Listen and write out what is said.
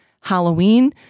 Halloween